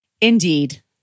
Indeed